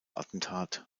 attentat